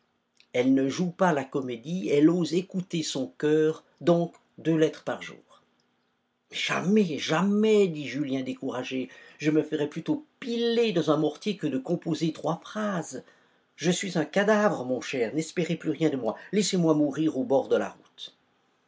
elle ne joue pas la comédie elle ose écouter son coeur donc deux lettres par jour jamais jamais dit julien découragé je me ferais plutôt piler dans un mortier que de composer trois phrases je suis un cadavre mon cher n'espérez plus rien de moi laissez-moi mourir au bord de la route